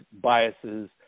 biases